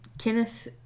Kenneth